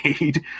made